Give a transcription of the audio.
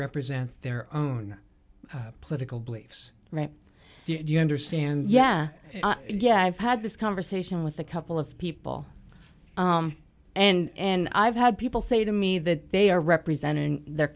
represent their own political beliefs right do you understand yeah yeah i've had this conversation with a couple of people and i've had people say to me that they are representing their